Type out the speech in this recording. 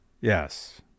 Yes